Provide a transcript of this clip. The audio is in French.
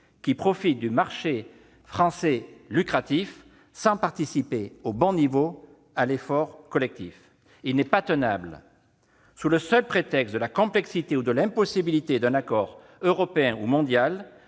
qui profitent du lucratif marché français sans participer au bon niveau à l'effort collectif. Il n'est pas tenable, sous le seul prétexte de la complexité ou de l'impossibilité d'un accord européen ou mondial,